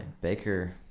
Baker